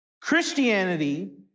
Christianity